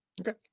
Okay